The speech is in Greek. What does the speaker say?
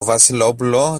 βασιλόπουλο